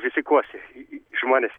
rizikuosi žmonės